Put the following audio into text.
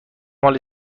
مال